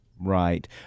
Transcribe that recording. Right